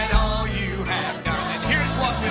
all you have done and here's what